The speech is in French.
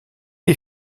est